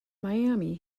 miami